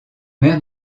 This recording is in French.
maire